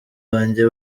wanjye